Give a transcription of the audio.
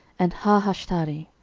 and haahashtari.